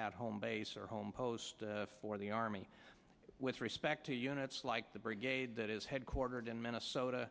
at home base or home post for the army with respect to units like the brigade that is headquartered in minnesota